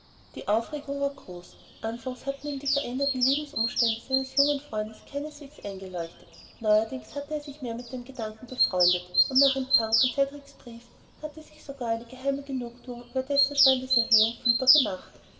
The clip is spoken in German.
die aufregung war groß anfangs hatten ihm die veränderten lebensumstände seines jungen freundes keineswegs eingeleuchtet neuerdings hatte er sich mehr mit dem gedanken befreundet und nach empfang von cedriks brief hatte sich sogar eine geheime genugthuung über dessen standeserhöhung fühlbar gemacht